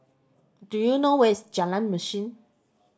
do you know where is Jalan Mesin